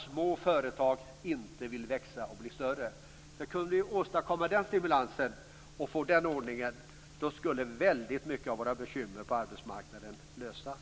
Om vi kunde åstadkomma den stimulansen skulle mycket av våra bekymmer på arbetsmarknaden lösas.